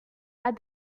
pas